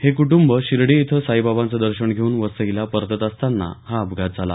हे कुटुंब शिर्डी इथं साईबाबांचं दर्शन घेऊन वसईला परतत असताना हा अपघात झाला